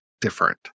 different